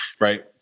right